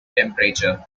temperature